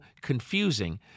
confusing